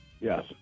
Yes